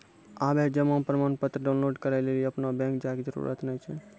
आबे जमा प्रमाणपत्र डाउनलोड करै लेली अपनो बैंक जाय के जरुरत नाय छै